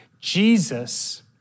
Jesus